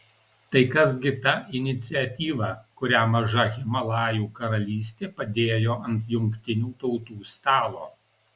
tai kas gi ta iniciatyva kurią maža himalajų karalystė padėjo ant jungtinių tautų stalo